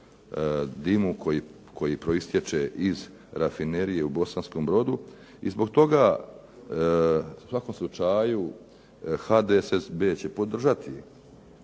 dimu koji proistječe iz Rafinerije u Bosanskom Brodu. I zbog toga u svakom slučaj HDSSB će podržati